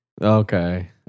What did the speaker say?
Okay